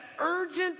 urgent